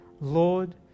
Lord